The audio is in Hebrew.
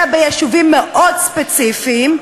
אלא ביישובים מאוד ספציפיים,